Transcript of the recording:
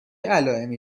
علائمی